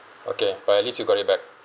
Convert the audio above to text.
okay but at least you got it back